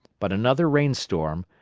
but another rain storm,